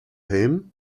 him